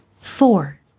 four